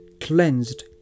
cleansed